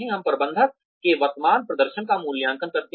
हम प्रबंधक के वर्तमान प्रदर्शन का मूल्यांकन करते हैं